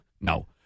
no